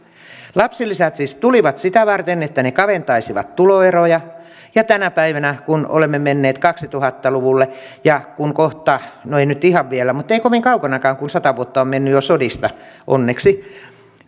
lapsilisät siis tulivat sitä varten että ne kaventaisivat tuloeroja ja tänä päivänä kun olemme menneet kaksituhatta luvulle niin kohta no ei nyt ihan vielä mutta ei ole kovin kaukanakaan kun jo sata vuotta on mennyt sodista onneksi